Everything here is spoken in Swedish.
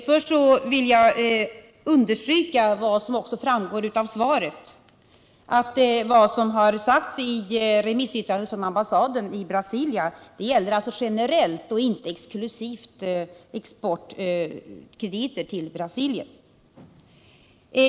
Herr talman! Först vill jag understryka vad som också framgår av svaret, nämligen att det som har sagts i remissyttrandet från ambassaden i Brasilia gäller generellt och inte exklusivt exportkrediter till Brasilien.